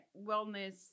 wellness